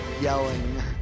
yelling